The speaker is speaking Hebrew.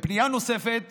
בפנייה נוספת